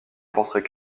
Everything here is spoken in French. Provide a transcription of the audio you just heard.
portrait